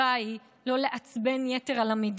לנו כסף